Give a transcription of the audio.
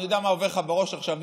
אני יודע מה עובר לך בראש עכשיו,